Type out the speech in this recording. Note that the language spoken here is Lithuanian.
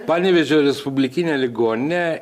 panevėžio respublikinė ligoninė